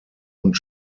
und